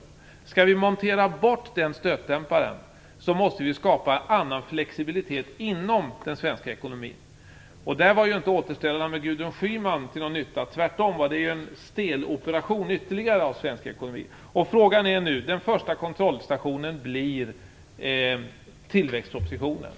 Om vi skall montera bort den stötdämparen måste vi skapa en annan flexibilitet inom den svenska ekonomin. Där var inte återställarna med Gudrun Schyman till någon nytta. Tvärtom var det ytterligare en steloperation av svensk ekonomi. Den första kontrollstationen blir tillväxtpropositionen.